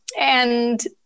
and-